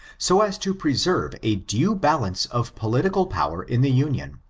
so as to preserve a due balance of political power in the union.